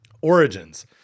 origins